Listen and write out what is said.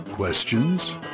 Questions